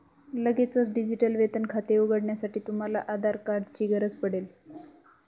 लगेचच डिजिटल वेतन खाते उघडण्यासाठी, तुम्हाला आधार कार्ड ची गरज पडेल